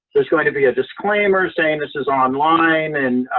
there's going to be a disclaimer saying this is online and,